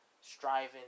striving